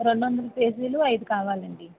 రెండు వందల పేజీలు ఐదు కావాలండీ